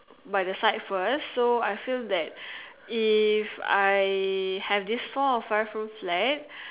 by the side first so I feel that if I have this four or five room flat